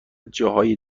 جاهای